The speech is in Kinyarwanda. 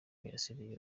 mirasire